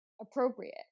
appropriate